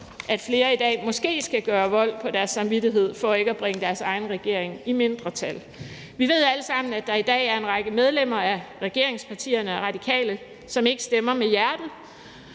at flere i dag måske skal gøre vold på deres samvittighed for ikke at bringe deres egen regering i mindretal. Vi ved alle sammen, at der i dag er en række medlemmer af regeringspartierne og Radikale, som ikke stemmer med hjertet,